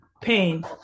pain